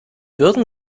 würden